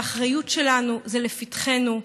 זו האחריות שלנו, זה לפתחנו.